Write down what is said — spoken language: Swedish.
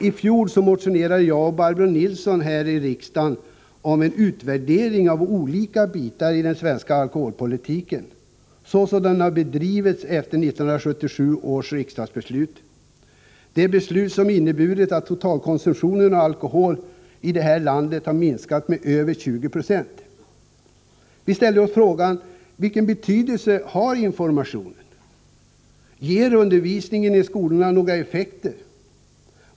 I fjol motionerade jag och Barbro Nilsson i Örnsköldsvik här i kammaren om en utvärdering av olika delar av den svenska alkoholpolitiken såsom den har bedrivits efter 1977 års riksdagsbeslut — det beslut som har inneburit att totalkonsumtionen av alkoholi det här landet har minskat med över 20 90. Vi ställde då några frågor: Vilken betydelse har informationen? Ger undervisningen i skolorna några effekter?